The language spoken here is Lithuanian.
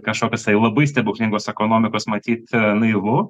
kažkokios tai labai stebuklingos ekonomikos matyt naivu